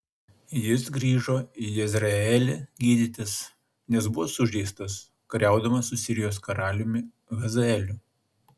jis grįžo į jezreelį gydytis nes buvo sužeistas kariaudamas su sirijos karaliumi hazaeliu